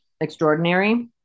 extraordinary